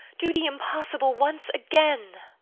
do the impossible once again!